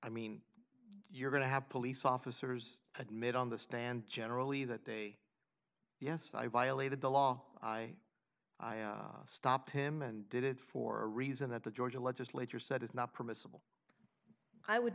i mean you're going to have police officers admit on the stand generally that they yes i violated the law i stopped him and did it for a reason that the georgia legislature said is not permissible i would